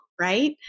Right